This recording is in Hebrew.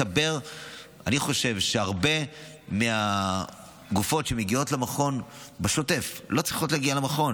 אני חושב שהרבה מהגופות שמגיעות למכון בשוטף לא צריכות להגיע למכון.